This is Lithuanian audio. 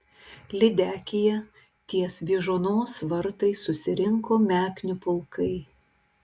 lydekyje ties vyžuonos vartais susirinko meknių pulkai